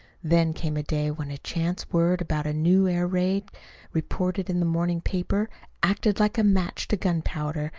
then came a day when a chance word about a new air raid reported in the morning paper acted like a match to gunpowder,